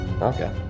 Okay